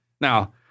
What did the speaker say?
Now